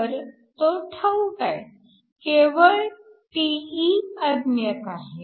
तर तो ठाऊक आहे केवळ τe अज्ञात आहे